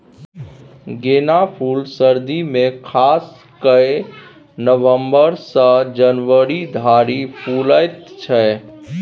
गेना फुल सर्दी मे खास कए नबंबर सँ जनवरी धरि फुलाएत छै